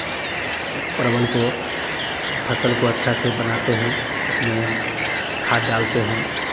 परवल के फ़सल को अच्छा से बनाते हैं उसमें खाद डालते हैं